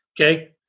Okay